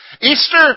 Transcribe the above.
Easter